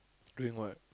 drink what